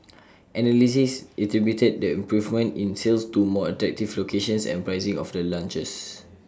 analysts attributed the improvement in sales to more attractive locations and pricing of the launches